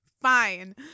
Fine